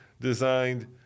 designed